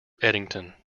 eddington